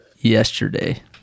yesterday